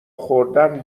خوردن